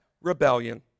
rebellion